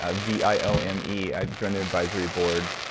ah v i o m e. i joined their advisory board.